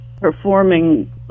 Performing